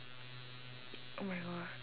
oh my god